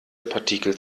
partikel